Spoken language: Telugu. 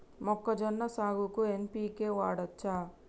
మొక్కజొన్న సాగుకు ఎన్.పి.కే వాడచ్చా?